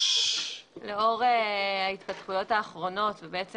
לאור ההתפתחויות האחרונות והעובדה